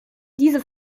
diese